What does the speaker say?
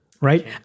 Right